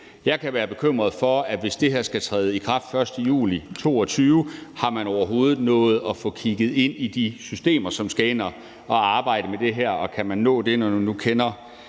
Jeg kan være bekymret for, hvis det her skal træde i kraft den 1. juli 2022, om man overhovedet har nået at få kigget på de systemer, som skal ind at arbejde med det her, og om man kan nå det, når vi nu kender